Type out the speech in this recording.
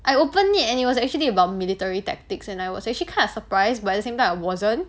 I opened it and it was actually about military tactics and I was actually kind of surprised by at the same time I wasn't